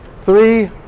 three